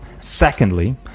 Secondly